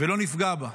ולא נפגע בה.